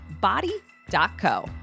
body.co